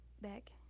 back